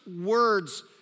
words